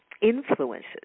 influences